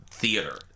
theater